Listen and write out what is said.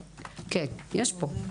כן, יש פה.